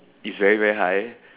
it's very very high